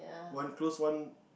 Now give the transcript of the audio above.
one close one